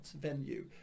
venue